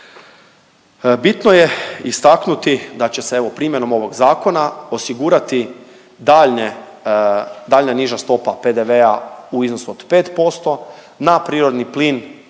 Bitno je istaknuti da će se evo primjenom ovog zakona osigurati daljnje, daljnja niža stopa PDV-a u iznosu od 5% na prirodni plin